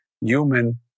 human